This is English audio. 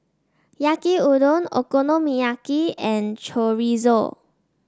Yaki Udon Okonomiyaki and Chorizo